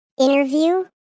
interview